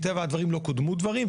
מטבע הדברים לא קודמו דברים,